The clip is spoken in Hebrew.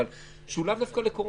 אבל הוא לא דווקא לקורונה,